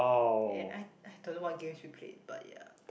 and I I don't know what games we played but ya